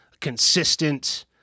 consistent